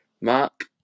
Mark